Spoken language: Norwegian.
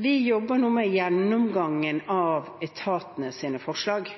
Vi jobber nå med gjennomgangen av etatenes forslag,